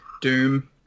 Doom